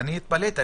התפלאתי.